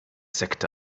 sekte